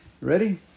Ready